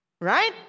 Right